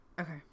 okay